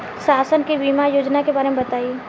शासन के बीमा योजना के बारे में बताईं?